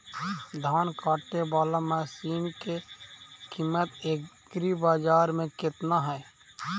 धान काटे बाला मशिन के किमत एग्रीबाजार मे कितना है?